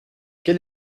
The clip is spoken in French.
quel